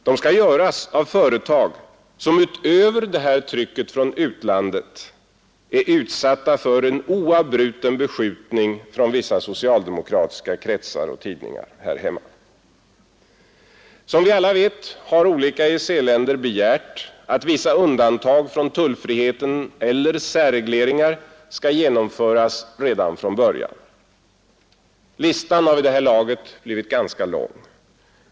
De skall göras av företag som utöver det här trycket från utlandet är utsatta för en oavbruten beskjutning från vissa socialdemokratiska kretsar och tidningar här hemma. Som vi alla vet har olika EEC-länder begärt att vissa undantag från tullfriheten eller särregleringar skall genomföras redan från början. Listan har vid det här laget blivit ganska lång.